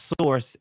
source